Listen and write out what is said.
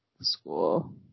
school